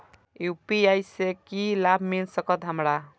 UPI से की लाभ मिल सकत हमरा?